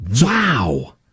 Wow